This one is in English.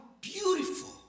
beautiful